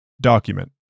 Document